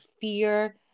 fear